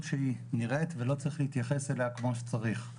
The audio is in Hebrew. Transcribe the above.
שהיא נראית ולא צריך להתייחס אליה כמו שצריך?